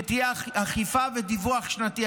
שתהיה אכיפה ודיווח שנתי.